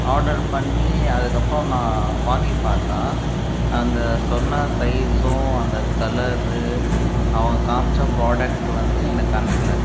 order பண்ணி அதுக்கப்புறம் நான் வாங்கி பார்த்தா அந்த சொன்ன சைஸும் அந்த கலரு அவங்க காமிச்ச ப்ராடக்ட்டு வந்து எனக்கு அனுப்பல